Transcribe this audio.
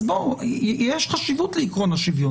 אז יש חשיבות לעיקרון השוויון.